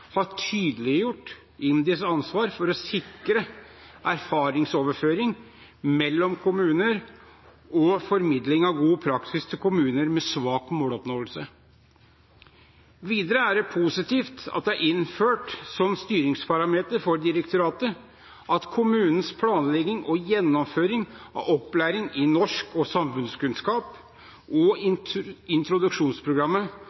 har tydeliggjort IMDis ansvar for å sikre erfaringsoverføring mellom kommuner og formidling av god praksis til kommuner med svak måloppnåelse. Videre er det positivt at det er innført som styringsparameter for direktoratet at kommunenes planlegging og gjennomføring av opplæring i norsk og samfunnskunnskap og